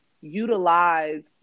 utilize